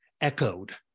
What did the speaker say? echoed